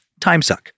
timesuck